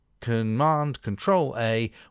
Command-Control-A